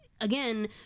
again